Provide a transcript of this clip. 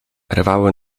rwały